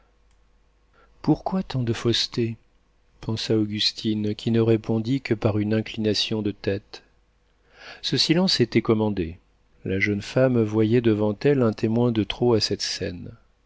pourquoi tant de fausseté pensa augustine qui ne répondit que par une inclination de tête ce silence était commandé la jeune femme voyait devant elle un témoin de trop à cette scène